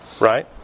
Right